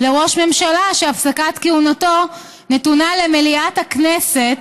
לראש ממשלה, שהפסקת כהונתו נתונה למליאת הכנסת,